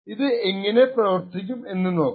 ഇത് എങ്ങിനെ പ്രവർത്തിക്കും എന്ന് നോക്കാം